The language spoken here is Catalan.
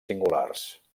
singulars